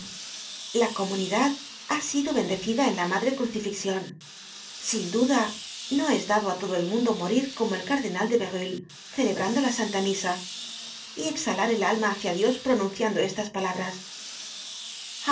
la comunidad ha sido bendecida en la madre crucifixion sin duda no es dado á todo el mundo morir como el cardenal de berulle celebrando la santa misa y exhalar el alma hácia dios pronunciando estas palabras hanc